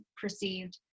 perceived